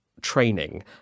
training